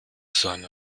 seine